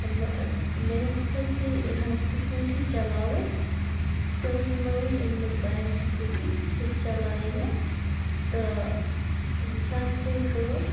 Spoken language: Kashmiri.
مےٚ مےٚ ہیٚژے سکوٗٹی چلاوٕنۍ تہٕ سۄ ٲس نٔوٕے أنمٕژ بَیَن سکوٗٹی سۄ چَلاوے مےٚ تہٕ پَتہٕ گٔے کٲم